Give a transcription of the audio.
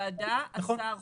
ועדה, השר חותם.